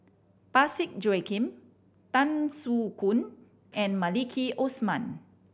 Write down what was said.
Parsick Joaquim Tan Soo Khoon and Maliki Osman